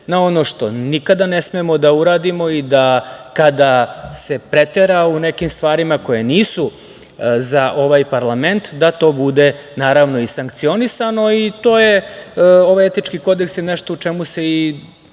na ono što nikada ne smemo da uradimo i da, kada se pretera u nekim stvarima koje nisu za ovaj parlament, to bude, naravno, i sankcionisano. Ovaj etički kodeks je nešto u čemu se i